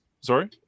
sorry